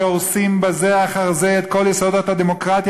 שהורסים בזה אחר זה את כל יסודות הדמוקרטיה,